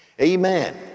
Amen